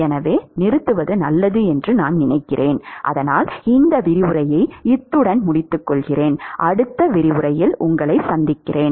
எனவே நிறுத்துவது நல்லது என்று நான் நினைக்கிறேன்